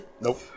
Nope